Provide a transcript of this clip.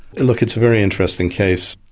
look, it's a very interesting case.